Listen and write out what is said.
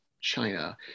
China